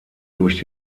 durch